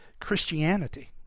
Christianity